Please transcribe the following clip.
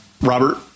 Robert